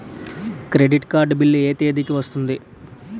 Credit card bill ఎ తేదీ కి వస్తుంది?